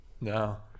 No